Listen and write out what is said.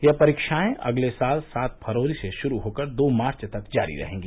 यह परीक्षाएं अगले साल सात फ़रवरी से शुरू होकर दो मार्च तक जारी रहेंगी